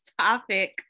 topic